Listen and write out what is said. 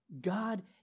God